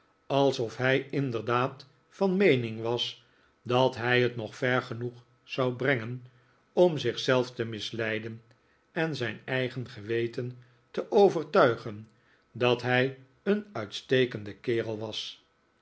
alsof hij inderdaad van meening was dat hij het nog ver genoeg zou brengen om zich zelf te misleiden en zijn eigen geweten te overtuigen dat hij een uitstekende kerel was